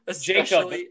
Jacob